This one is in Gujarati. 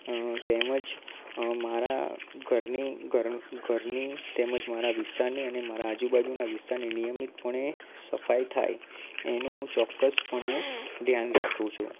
અ તેમજ અ મારા ઘરની અ ઘરની તેમજ મારા વિસ્તારની અને મારા આજુબાજુના વિસ્તારની નિયમિત પણે સફાઈ થાય એનું હું ચોક્કસ પણે ધ્યાન રાખું છું